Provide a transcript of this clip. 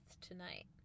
tonight